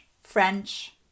French